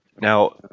Now